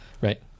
right